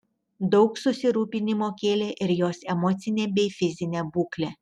daug susirūpinimo kėlė ir jos emocinė bei fizinė būklė